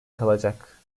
kalacak